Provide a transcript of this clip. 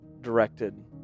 directed